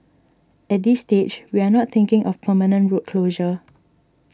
at this stage we are not thinking of permanent road closure